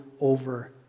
over